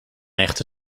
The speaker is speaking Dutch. echte